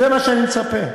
זה מה שאני מצפה,